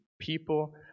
people